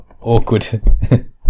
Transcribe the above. awkward